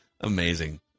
Amazing